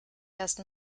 erst